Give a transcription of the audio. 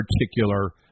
particular